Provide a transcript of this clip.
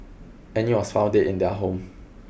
Annie was found dead in their home